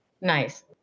Nice